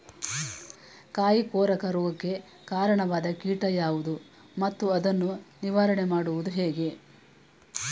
ಕಾಯಿ ಕೊರಕ ರೋಗಕ್ಕೆ ಕಾರಣವಾದ ಕೀಟ ಯಾವುದು ಮತ್ತು ಅದನ್ನು ನಿವಾರಣೆ ಮಾಡುವುದು ಹೇಗೆ?